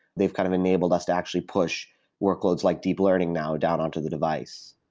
they've kind of enabled us to actually push workloads like deep learning now down onto the device.